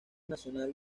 nacional